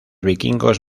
vikingos